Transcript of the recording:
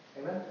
Amen